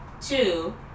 Two